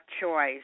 choice